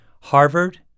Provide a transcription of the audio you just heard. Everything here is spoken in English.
Harvard